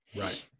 right